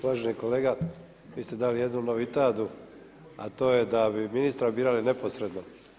Uvaženi kolega, vi ste dali jednu lovit adu, a to da bi ministra birali neposredno.